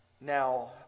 Now